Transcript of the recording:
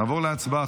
נעבור להצבעה.